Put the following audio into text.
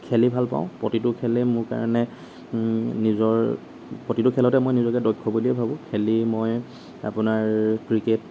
খেলি ভাল পাওঁ প্ৰতিটো খেলেই মোৰ কাৰণে নিজৰ প্ৰতিটো খেলতে মই নিজকে দক্ষ বুলিয়েই ভাবোঁ খেলি মই আপোনাৰ ক্ৰিকেট